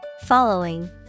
Following